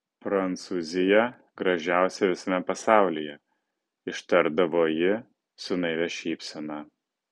prancūzija gražiausia visame pasaulyje ištardavo ji su naivia šypsena